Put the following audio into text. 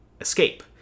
escape